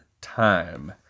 time